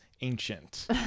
ancient